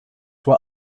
were